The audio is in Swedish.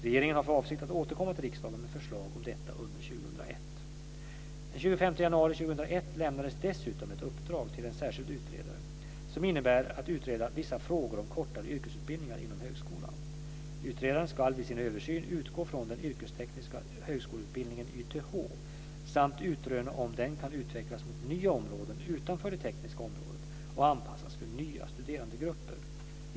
Regeringen har för avsikt att återkomma till riksdagen med förslag om detta under 2001. Den 25 januari 2001 lämnades dessutom ett uppdrag till en särskild utredare som innebär att utreda vissa frågor om kortare yrkesutbildningar inom högskolan. Utredaren ska vid sin översyn utgå från den yrkestekniska högskoleutbildningen, YTH, samt utröna om den kan utvecklas mot nya områden utanför det tekniska området och anpassas för nya studerandegrupper.